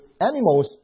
animals